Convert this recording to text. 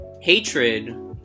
Hatred